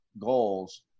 goals